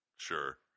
sure